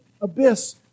abyss